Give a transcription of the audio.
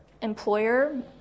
employer